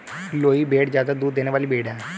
लोही भेड़ ज्यादा दूध देने वाली भेड़ है